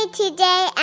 today